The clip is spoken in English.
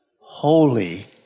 holy